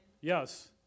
Yes